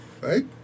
right